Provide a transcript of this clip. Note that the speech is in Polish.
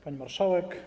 Pani Marszałek!